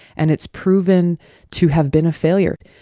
and it's proven to have been a failure.